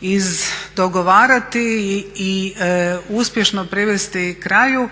izdogovarati i uspješno privesti kraju